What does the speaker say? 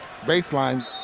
baseline